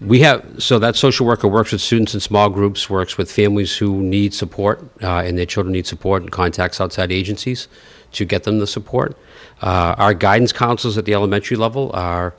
we have so that social worker works with students in small groups works with families who need support and the children need support and contacts outside agencies to get them the support our guidance counselors at the elementary level are